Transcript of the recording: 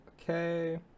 Okay